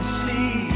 see